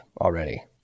already